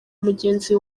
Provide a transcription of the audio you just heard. mugenzi